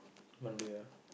Monday ah